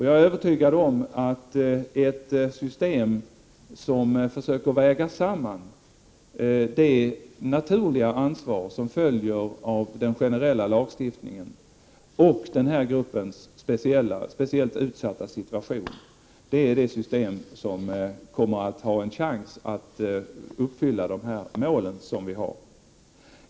Jag är övertygad om att ett system som försöker väga samman det naturliga ansvar som följer av den generella lagstiftningen och den här gruppens speciellt utsatta situation, är det system som kommer att ha en chans att uppfylla de mål vi har.